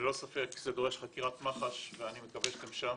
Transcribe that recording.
ללא ספק זה דורש חקירת מח"ש ואני מקווה שאתם שם